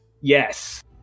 Yes